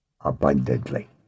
abundantly